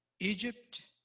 Egypt